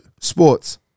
Sports